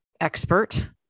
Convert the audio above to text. expert